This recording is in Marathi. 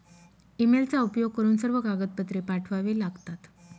ईमेलचा उपयोग करून सर्व कागदपत्रे पाठवावे लागतात